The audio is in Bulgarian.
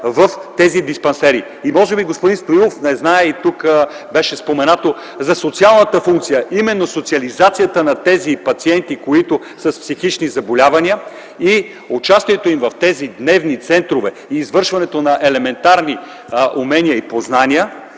в тези диспансери. Може би господин Стоилов не знае и тук беше споменато за социалната функция. Именно социализацията на тези пациенти, които са с психични заболявания, участието им в тези дневни центрове и извършването на елементарни умения и познания